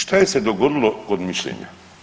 Šta je se dogodilo kod mišljenja?